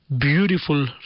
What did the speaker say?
beautiful